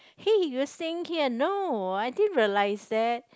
hey you were staying here no I didn't realise that